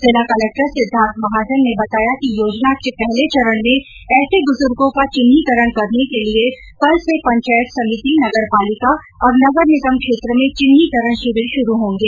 जिला कलेक्टर सिद्वार्थ महाजन ने बताया कि योजना के पहले चरण में ऐसे बुजुर्गो का चिन्हीकरण करने के लिए कल से पंचायत समिति नगर पालिका और नगर निगम क्षेत्र में चिन्हीकरण शिविर शुरू होंगे